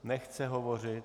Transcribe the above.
Nechce hovořit.